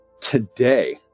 today